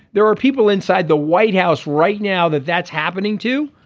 there were people inside the white house right now that that's happening too.